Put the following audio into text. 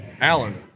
Alan